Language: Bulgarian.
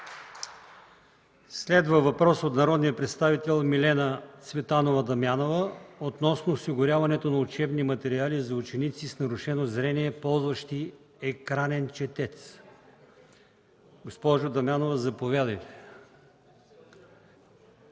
Следва въпрос от народния представител Милена Цветанова Дамянова относно осигуряването на учебни материали за ученици с нарушено зрение, ползващи „Екранен четец”. Госпожо Дамянова, заповядайте.